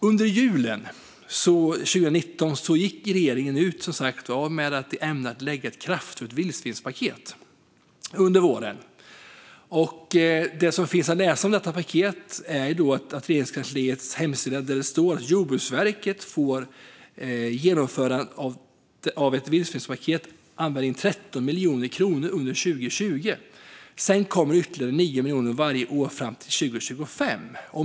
Under julen 2019 gick regeringen ut med att den under våren ämnade lägga fram ett kraftfullt vildsvinspaket. På Regeringskansliets hemsida kan man läsa att Jordbruksverket för genomförande av ett vildsvinspaket får använda 13 miljoner kronor under 2020. Sedan kommer ytterligare 9 miljoner kronor varje år fram till 2025.